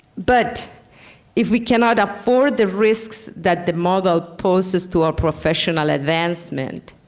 but if we cannot afford the risks that the model posses to our professional advancement,